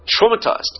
traumatized